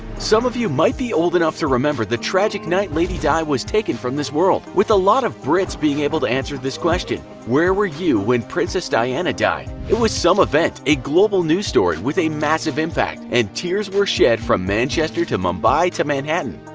some of you might be old enough to remember the tragic night lady di was taken from this world, with a lot of brits being able to answer the question where were you when princess diana died. it was some event, a global news story with a massive impact, and tears were shed from manchester to mumbai to manhattan.